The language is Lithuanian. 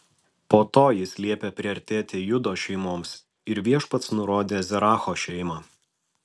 po to jis liepė priartėti judo šeimoms ir viešpats nurodė zeracho šeimą